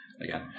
Again